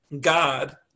God